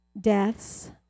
deaths